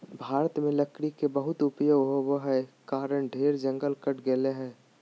भारत में लकड़ी के बहुत उपयोग होबो हई कारण ढेर जंगल कट गेलय हई